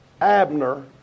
Abner